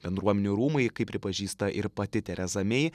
bendruomenių rūmai kaip pripažįsta ir pati tereza mei